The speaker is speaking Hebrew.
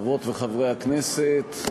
חברות וחברי הכנסת,